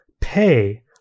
pay